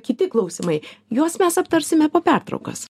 kiti klausimai juos mes aptarsime po pertraukos